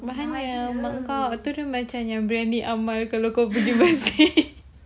mahalnya mak kau itu macam yang briyani aman kalau kamu pergi